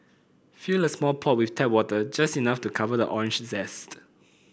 fill a small pot with tap water just enough to cover the orange zest